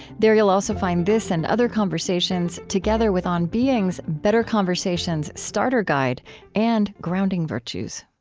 there, you'll also find this and other conversations, together with on being's better conversations starter guide and grounding virtues